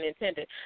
intended